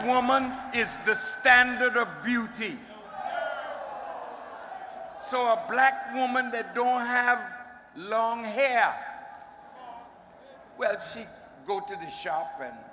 woman is the standard of beauty so a black woman there don't have long hair how will she go to the shop and